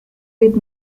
with